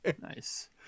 nice